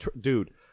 dude